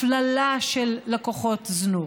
הפללה של לקוחות זנות.